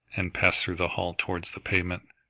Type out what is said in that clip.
and passed through the hall towards the pavement,